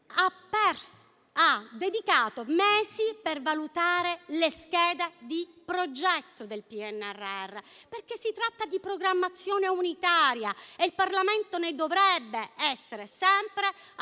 ha dedicato mesi a valutare le schede di progetto del PNRR, perché si tratta di programmazione unitaria e il Parlamento ne dovrebbe essere sempre a conoscenza,